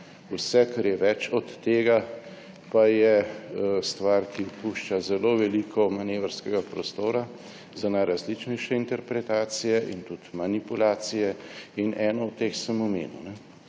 Vse, kar je več od tega, pa je stvar, ki pušča zelo veliko manevrskega prostora za najrazličnejše interpretacije in tudi manipulacije. Eno od teh sem omenil.